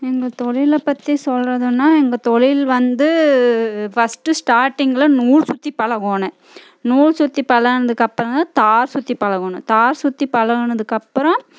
எங்கள் தொழிலை பற்றி சொல்கிறதுனா எங்கள் தொழில் வந்து ஃபஸ்ட் ஸ்டார்டிங்கில் நூல் சுற்றி பழகணும் நூல் சுற்றி பழகுணத்துக்கு அப்றம் தான் தார் சுற்றி பழகணும் தார் சுற்றி பழகுணத்துக்கு அப்பறம்